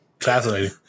Fascinating